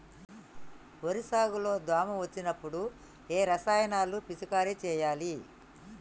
వరి సాగు లో దోమ వచ్చినప్పుడు ఏ రసాయనాలు పిచికారీ చేయాలి?